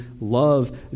love